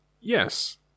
Yes